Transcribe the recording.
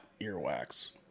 earwax